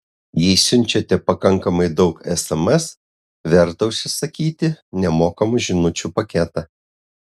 jei siunčiate pakankamai daug sms verta užsisakyti nemokamų žinučių paketą